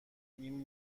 این